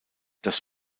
dass